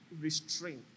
restraint